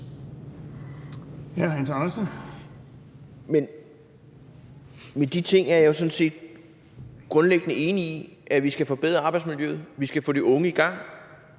Hans Andersen (V): Men de ting er jeg jo sådan set grundlæggende enig i: at vi skal forbedre arbejdsmiljøet, at vi skal få de unge i gang,